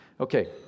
Okay